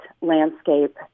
landscape